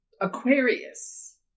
aquarius